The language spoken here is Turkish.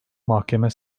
mahkeme